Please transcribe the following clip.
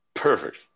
perfect